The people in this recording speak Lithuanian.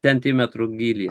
centimetrų gyly